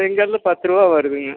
செங்கல் பத்து ரூபா வருதுங்க